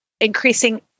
increasing